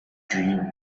dream